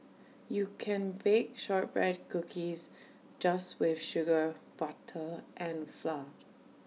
you can bake Shortbread Cookies just with sugar butter and flour